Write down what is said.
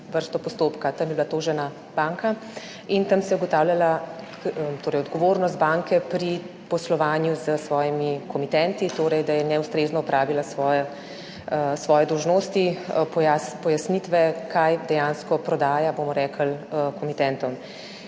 vrsto postopka. Tam je bila tožena banka in tam se je ugotavljala odgovornost banke pri poslovanju s svojimi komitenti, torej da je neustrezno opravila svoje dolžnosti pojasnitve, kaj dejansko prodaja, bomo rekli, komitentom.